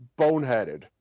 boneheaded